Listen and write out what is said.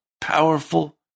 powerful